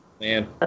man